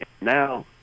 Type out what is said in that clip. Now